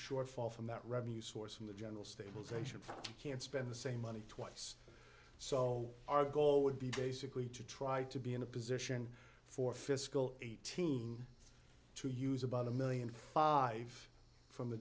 shortfall from that revenue source in the general stabilization fund can't spend the same money twice so our goal would be basically to try to be in a position for fiscal eighteen to use about a million five from the